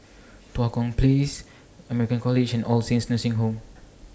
Tua Kong Place American College and All Saints Nursing Home